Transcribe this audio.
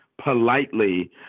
politely